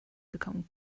become